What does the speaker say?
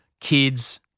kids